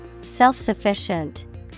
Self-sufficient